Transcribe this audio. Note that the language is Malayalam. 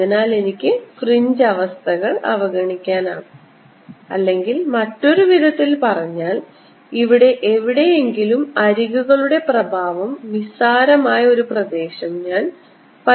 അതിനാൽ എനിക്ക് ഫ്രിഞ്ച് അവസ്ഥകൾ അവഗണിക്കാനാകും അല്ലെങ്കിൽ മറ്റൊരു വിധത്തിൽ പറഞ്ഞാൽ ഇവിടെ എവിടെയെങ്കിലും അരികുകളുടെ പ്രഭാവം നിസ്സാരമായ ഒരു പ്രദേശം ഞാൻ പരിഗണിക്കുന്നു